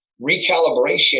recalibration